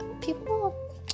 people